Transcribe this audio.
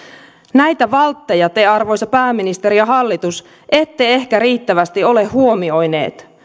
näitä valtteja te arvoisa pääministeri ja hallitus ette ehkä riittävästi ole huomioineet